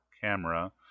camera